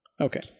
Okay